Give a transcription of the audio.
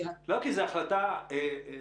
ברירה.